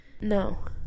No